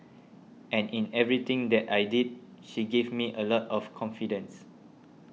and in everything that I did she gave me a lot of confidence